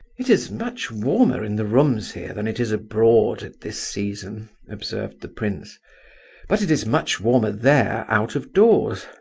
it is much warmer in the rooms here than it is abroad at this season, observed the prince but it is much warmer there out of doors.